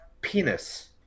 Penis